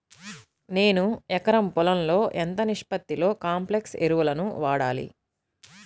నేను ఎకరం పొలంలో ఎంత నిష్పత్తిలో కాంప్లెక్స్ ఎరువులను వాడాలి?